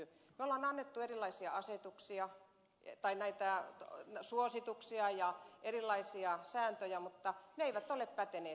me olemme antaneet erilaisia asetuksia tai näitä suosituksia ja erilaisia sääntöjä mutta ne eivät ole päteneet